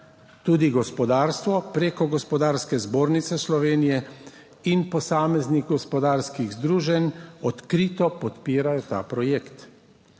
Tudi gospodarstvo preko Gospodarske zbornice Slovenije in posameznih gospodarskih združenj odkrito podpirajo ta projekt,